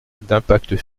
d’impact